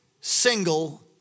single